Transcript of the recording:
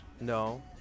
No